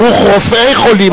אמרתי "ברוך רופאי חולים".